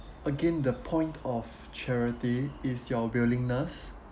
again the point of charity is your willingness